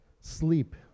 sleep